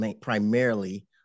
primarily